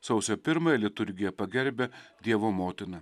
sausio pirmąją liturgija pagerbia dievo motiną